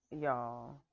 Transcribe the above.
Y'all